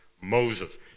Moses